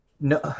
No